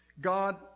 God